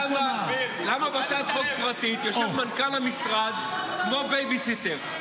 למה בהצעת חוק פרטית יושב מנכ"ל המשרד כמו בייביסיטר,